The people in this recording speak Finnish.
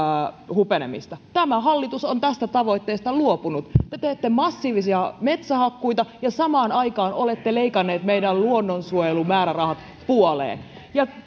hupenemista tämä hallitus on tästä tavoitteesta luopunut te teette massiivisia metsähakkuita ja samaan aikaan olette leikanneet meidän luonnonsuojelumäärärahamme puoleen ja